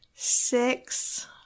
Six